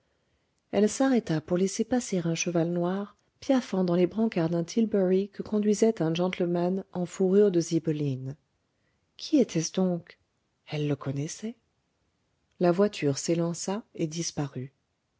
elle s'arrêta pour laisser passer un cheval noir piaffant dans les brancards d'un tilbury que conduisait un gentleman en fourrure de zibeline qui était-ce donc elle le connaissait la voiture s'élança et disparut